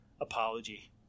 apology